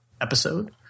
episode